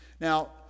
Now